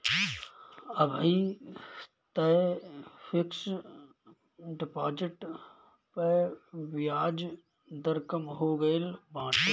अबही तअ fix deposit पअ बियाज दर कम हो गईल बाटे